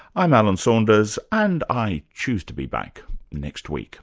i'm alan saunders, and i choose to be back next week